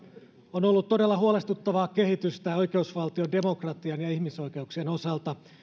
on ollut todella huolestuttavaa kehitystä oikeusvaltion demokratian ja ihmisoikeuksien osalta